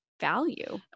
value